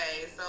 Okay